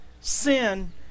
sin